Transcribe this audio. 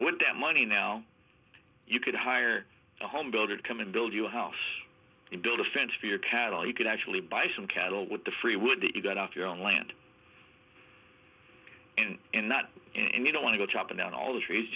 with that money now you could hire a home builder to come and build you a house and build a fence for your cattle you could actually buy some cattle with the free would that you got off your own land and in that and you don't want to go chopping down all the trees